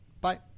bye